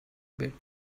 bit